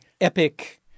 epic